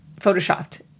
photoshopped